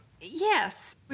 Yes